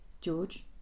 George